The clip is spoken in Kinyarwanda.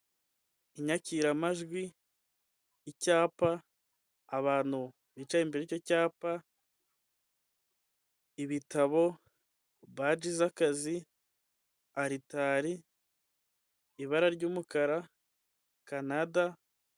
Inyakiramajwi, icyapa, abantu bicaye imbere y'icyo cyapa, ibitabo, baji z'akazi aritari ibara ry'umukara, Kanada.